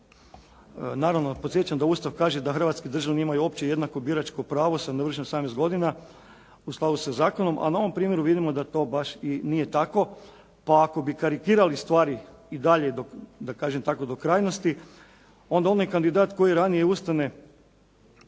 Naravno podsjećam da Ustav kaže da hrvatski državljani imaju opće jednako biračko pravo sa navršenih 18 godina u skladu sa zakonom, a na ovom primjeru vidimo da to baš i nije tako, pa ako bi karikirali stvari i dalje da kažem tako do krajnosti, onda onaj kandidat koji ranije ustane